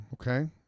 Okay